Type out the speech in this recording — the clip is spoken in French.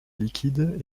liquide